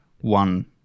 one